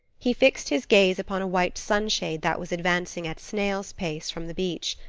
he fixed his gaze upon a white sunshade that was advancing at snail's pace from the beach.